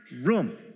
room